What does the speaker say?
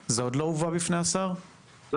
לא,